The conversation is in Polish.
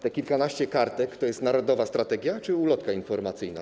Te kilkanaście kartek to jest narodowa strategia czy ulotka informacyjna?